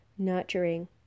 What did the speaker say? nurturing